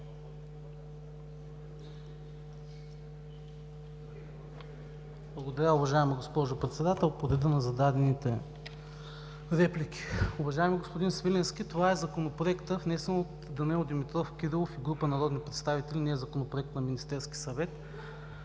Благодаря, уважаема госпожо Председател. По реда на зададените реплики. Уважаеми господин Свиленски, това е Законопроектът, внесен от Данаил Димитров Кирилов и група народни представители, не е законопроектът на Министерския съвет.